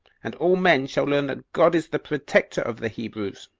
and all men shall learn that god is the protector of the hebrews,